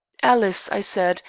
alice, i said,